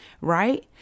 right